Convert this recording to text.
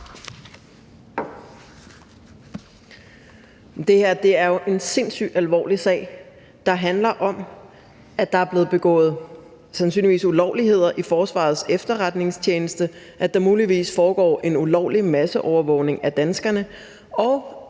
Det her er jo en sindssyg alvorlig sag, der handler om, at der er blevet begået, sandsynligvis, ulovligheder i Forsvarets Efterretningstjeneste, at der muligvis foregår en ulovlig masseovervågning af danskerne, og